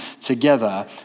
together